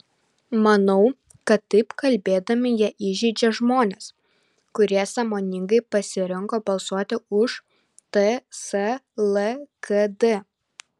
manau kad taip kalbėdami jie įžeidžia žmones kurie sąmoningai pasirinko balsuoti už ts lkd